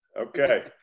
Okay